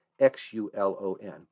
X-U-L-O-N